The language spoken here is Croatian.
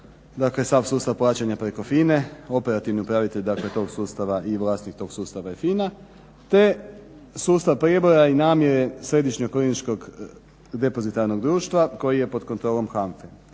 dakle sav sustav plaćanja preko FINA-, operativni upravitelj dakle tog sustava i vlasnik tog sustava je FINA, te sustav prijeboja i namjere Središnjeg odvjetničkog depozitarnog društva koji je pod kontrolom HANFA-e.